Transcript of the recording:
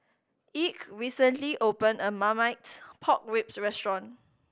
Ike recently opened a new Marmite Pork Ribs restaurant